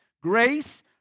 grace